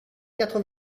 quatre